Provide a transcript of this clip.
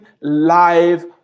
live